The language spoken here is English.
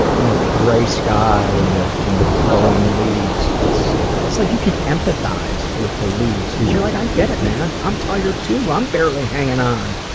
you know, the grey sky, and the and the blowing leaves, it's it's like you can empathize with the leaves, cause you're like i get it man, i'm tired too, i'm barely hanging on.